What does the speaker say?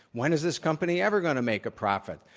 when is this company ever going to make a profit?